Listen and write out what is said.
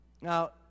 Now